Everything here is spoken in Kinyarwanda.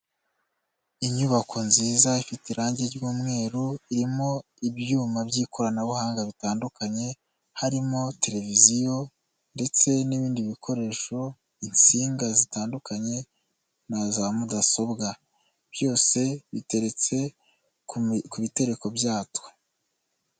Inyubako nziza ifite irangi ry'umweru, irimo ibyuma by'ikoranabuhanga bitandukanye, harimo televiziyo ndetse n'ibindi bikoresho, insinga zitandukanye na za mudasobwa. Byose biteretse ku bitereko byatwo.